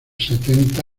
setenta